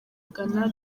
ghana